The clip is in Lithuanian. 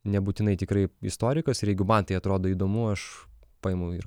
nebūtinai tikrai istorikas ir jeigu man tai atrodo įdomu aš paimu ir